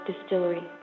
Distillery